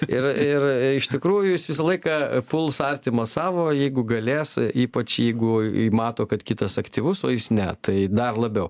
ir ir iš tikrųjų jis visą laiką puls artimą savo jeigu galės ypač jeigu mato kad kitas aktyvus o jis ne tai dar labiau